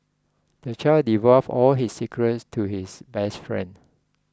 the child divulged all his secrets to his best friend